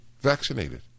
vaccinated